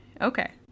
Okay